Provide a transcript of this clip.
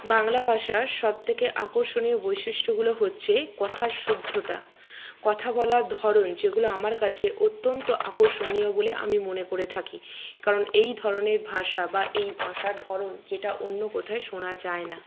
বাংলা ভাষার সব থেকে আকর্ষণীয় বৈশিষ্ট্যগুলো হচ্ছে কথার শুদ্ধতা কথা বলার ধরণ যেগুলো আমার কাছে অত্যন্ত আকর্ষণীয় বলে আমি মনে করে থাকি কারণ এই ধরণের ভাষা বা এই ভাষার ধরণ যেটা অন্য কোথায় শোনা যায় না